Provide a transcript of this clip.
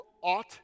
ought